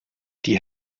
die